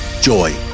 Joy